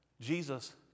Jesus